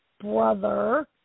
brother